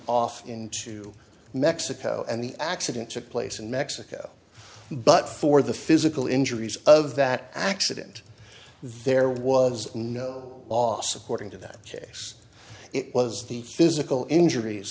off into mexico and the accident took place in mexico but for the physical injuries of that accident there was no loss according to that case it was the physical injuries